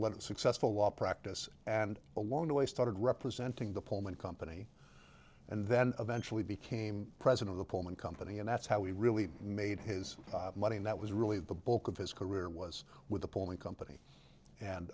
the successful law practice and along the way started representing the pullman company and then eventually became president of the pullman company and that's how we really made his money and that was really the bulk of his career was with the polling company and